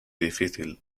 difícil